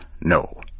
no